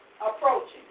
approaching